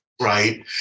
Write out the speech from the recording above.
right